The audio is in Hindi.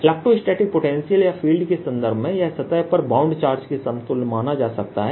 इलेक्ट्रोस्टैटिक पोटेंशियल या फील्ड के संदर्भ में यह सतह पर बाउंड चार्ज के समतुल्य माना जा सकता है